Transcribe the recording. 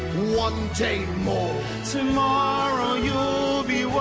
one day more tomorrow you'll be